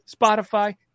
Spotify